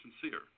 sincere